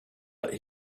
but